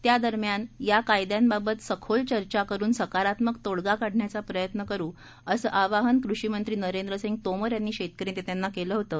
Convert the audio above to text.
त्या दरम्यान या कायदयांबाबत सखोल चर्चा करून सकारात्मक तोडगा काढण्याचा प्रयत्न करु असं आवाहन कृषीमंत्री नरेंद्रसिंग तोमर यांनी शेतकरी नेत्यांना केलं होतं